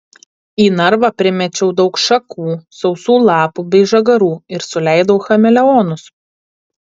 į narvą primečiau daug šakų sausų lapų bei žagarų ir suleidau chameleonus